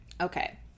okay